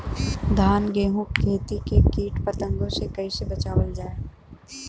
धान गेहूँक खेती के कीट पतंगों से कइसे बचावल जाए?